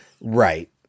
Right